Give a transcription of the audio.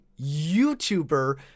YouTuber